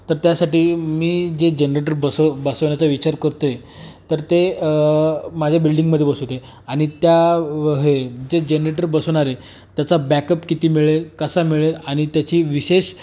तर त्यासाठी मी जे जनरेटर बसव बसवण्याचा विचार करतो आहे तर ते माझ्या बिल्डिंगमध्ये बसवते आणि त्या हे जे जनरेटर बसवणारे त्याचा बॅकअप किती मिळेल कसा मिळेल आणि त्याची विशेष